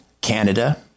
Canada